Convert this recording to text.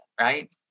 right